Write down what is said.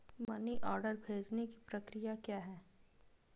Money order भेजने की प्रक्रिया क्या है?